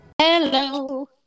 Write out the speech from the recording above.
Hello